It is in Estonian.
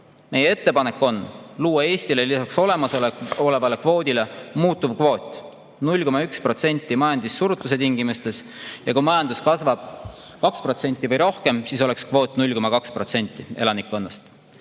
Meie ettepanek on luua Eestile lisaks olemasolevale kvoodile muutuvkvoot 0,1% majandussurutise tingimustes ja kui majandus kasvab 2% või rohkem, siis oleks kvoot 0,2% elanikkonna